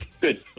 Good